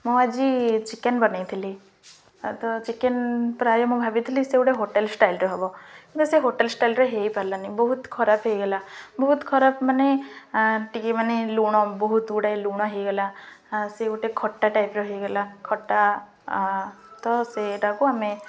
ମୁଁ ଆଜି ଚିକେନ ବନାଇ ଥିଲି ଆ ତ ଚିକେନ ପ୍ରାୟ ମୁଁ ଭାବିଥିଲି ସେ ଗୋଟେ ହୋଟେଲ ଷ୍ଟାଇଲରେ ହବ କିନ୍ତୁ ସେ ହୋଟେଲ ଷ୍ଟାଇଲରେ ହେଇପାରିଲାନି ବହୁତ ଖରାପ ହେଇଗଲା ବହୁତ ଖରାପ ମାନେ ଟିକେ ମାନେ ଲୁଣ ବହୁତ ଗୁଡ଼ାଏ ଲୁଣ ହେଇଗଲା ସେ ଗୋଟେ ଖଟା ଟାଇପ୍ର ହେଇଗଲା ଖଟା ତ ସେଇଟାକୁ ଆମେ